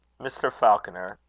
mr. falconer,